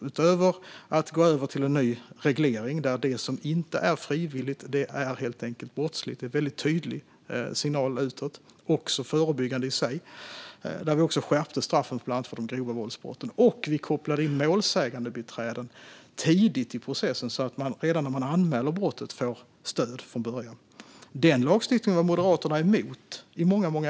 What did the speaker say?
Utöver att gå över till en ny reglering där det som inte är frivilligt är brottsligt, vilket är en tydlig signal utåt och förebyggande i sig, skärpte vi straffen för bland annat de grova våldsbrotten. Vi kopplade också in målsägandebiträden tidigt i processen så att man får stöd från början, redan när man anmäler brottet. Den lagstiftningen var Moderaterna emot i många år.